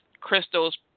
crystals